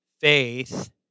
faith